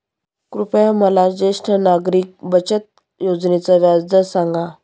कृपया मला ज्येष्ठ नागरिक बचत योजनेचा व्याजदर सांगा